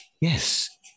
Yes